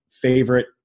favorite